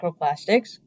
microplastics